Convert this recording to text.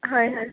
হয় হয়